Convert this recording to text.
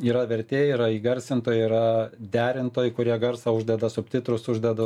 yra vertėjai yra įgarsintojai yra derintojai kurie garsą uždeda subtitrus uždeda